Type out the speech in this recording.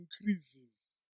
increases